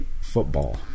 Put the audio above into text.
football